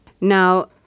Now